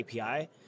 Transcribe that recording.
API